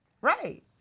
Right